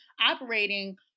operating